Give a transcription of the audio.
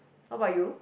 how about you